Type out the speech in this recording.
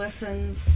listens